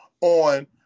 on